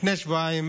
לפני שבועיים